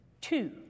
Two